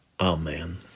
Amen